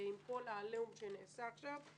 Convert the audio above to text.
שעם כל העליהום שנעשה עכשיו,